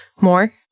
more